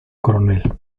coronel